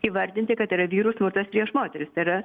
įvardinti kad yra vyrų smurtas prieš moteris tai yra